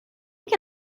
que